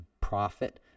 profit